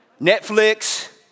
Netflix